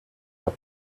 herr